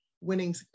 winning